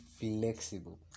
flexible